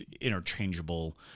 interchangeable